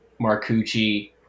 Marcucci